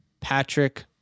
Patrick